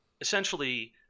essentially